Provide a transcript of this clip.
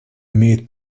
имеет